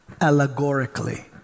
allegorically